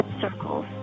circles